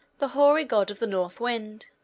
the hoary god of the north wind.